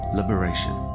liberation